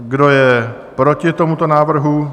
Kdo je proti tomuto návrhu?